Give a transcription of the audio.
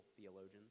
theologians